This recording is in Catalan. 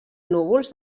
núvols